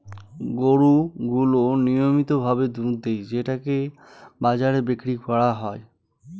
গরু গুলো নিয়মিত ভাবে দুধ দেয় যেটাকে বাজারে বিক্রি করা হয়